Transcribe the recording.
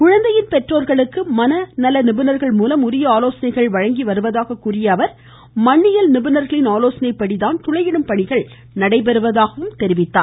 குழந்தையின் பெற்றோர்களுக்கு மன நல நிபுணர்கள் மூலம் உரிய ஆலோசனைகளை வழங்கி வருவதாக குறிப்பிட்ட அவர் மண்ணியல் நிபுணர்களின் ஆலோசனைபடி தான் துளையிடும் பணிகள் நடைபெறுவதாக குறிப்பிட்டார்